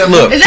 Look